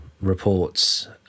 reports